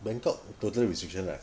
bangkok total restriction leh